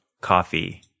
coffee